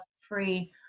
free